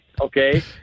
okay